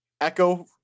echo